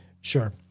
sure